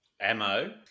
Ammo